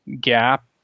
gap